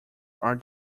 are